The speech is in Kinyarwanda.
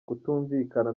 kutumvikana